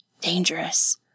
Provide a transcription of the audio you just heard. Dangerous